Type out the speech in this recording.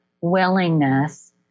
willingness